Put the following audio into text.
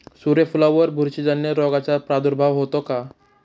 सूर्यफुलावर बुरशीजन्य रोगाचा प्रादुर्भाव होतो का?